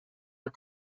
are